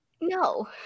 No